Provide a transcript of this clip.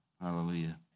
Hallelujah